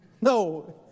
No